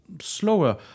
slower